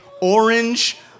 orange